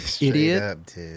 Idiot